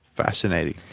Fascinating